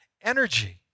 energy